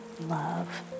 Love